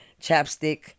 chapstick